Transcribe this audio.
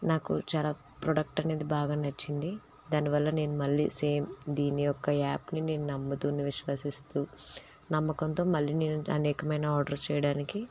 నాకు చాలా ప్రొడక్ట్ అనేది బాగా నచ్చింది దాని వల్ల నేను మళ్ళీ సేమ్ దీనియొక్క యాప్ని నేను నమ్ముతూ విశ్వసిస్తూ నమ్మకంతో మళ్ళీ నేను అనేకమైన ఆర్డర్స్ చేయడానికి